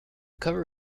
cover